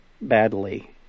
badly